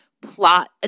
plot –